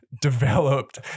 developed